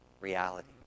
reality